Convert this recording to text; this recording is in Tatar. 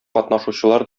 катнашучылар